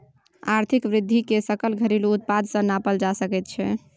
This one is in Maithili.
आर्थिक वृद्धिकेँ सकल घरेलू उत्पाद सँ नापल जा सकैत छै